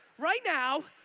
right now,